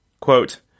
Quote